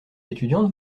étudiantes